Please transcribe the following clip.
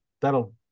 that'll